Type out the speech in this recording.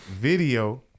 video